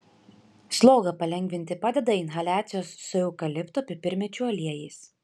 slogą palengvinti padeda inhaliacijos su eukalipto pipirmėčių aliejais